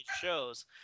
shows